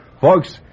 Folks